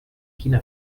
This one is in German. china